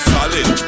Solid